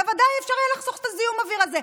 בוודאי אפשר היה לחסוך את זיהום האוויר הזה.